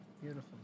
Beautiful